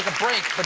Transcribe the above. ah break. but